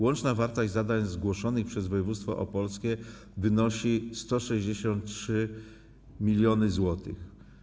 Łączna wartość zadań zgłoszonych przez województwo opolskie wynosi 163 mln zł.